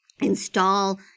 install